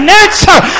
answer